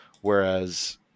Whereas